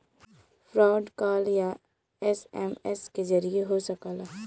fraud call या SMS के जरिये हो सकला